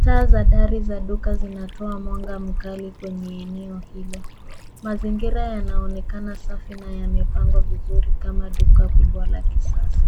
Taa za dari za duka zinatoa mwanga mkali kwenye eneo hilo. Mazingira yanaonekana safi na yamepangwa vizuri kama duka kubwa la kisasa.